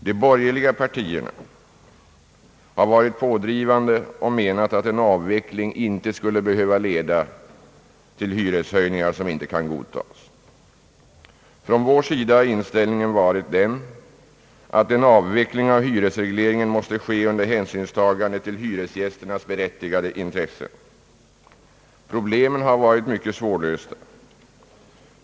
De borgerliga partierna har varit pådrivande och menat att en avveckling inte skulle behöva leda till hyreshöjningar som inte skulle kunna godtas. Vi har haft den inställningen, att en avveckling av hyresregleringen måste ske under hänsynstagande till hyresgästernas berättigade intressen. Problemen har varit mycket svårlösta.